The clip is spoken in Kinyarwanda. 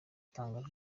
atangaje